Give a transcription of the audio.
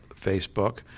Facebook